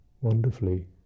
wonderfully